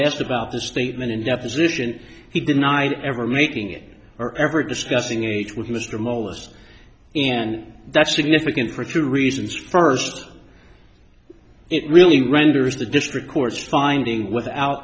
asked about the statement in that position he denied ever making it or ever discussing it with mr moles and that's significant for two reasons first it really renders the district court's finding without